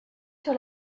sur